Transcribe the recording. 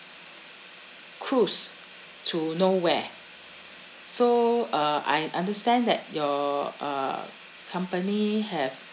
cruise to nowhere so uh I understand that your uh company have